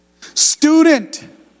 Student